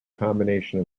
combination